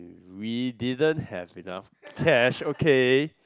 we didn't have enough cash okay